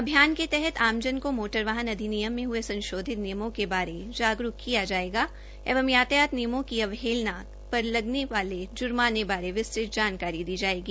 अभियान के तहत आमजन को मोटर वाहन अधिनियम में हुए संशोधित नियमों के बारे में जागरूक किया जायेगा एवं यातायात नियमों की अवहेलना पर लगने वाले जुर्माने बारे विस्तत जानकारी दी जायेगी